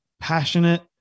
passionate